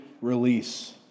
release